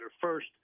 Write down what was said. first